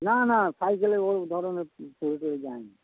না না সাইকেলে ও ধরনের পড়ে টড়ে যায় নি